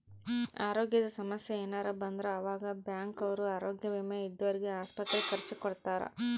ಅರೋಗ್ಯದ ಸಮಸ್ಸೆ ಯೆನರ ಬಂದ್ರ ಆವಾಗ ಬ್ಯಾಂಕ್ ಅವ್ರು ಆರೋಗ್ಯ ವಿಮೆ ಇದ್ದೊರ್ಗೆ ಆಸ್ಪತ್ರೆ ಖರ್ಚ ಕೊಡ್ತಾರ